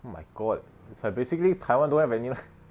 oh my god is like basically taiwan don't have any like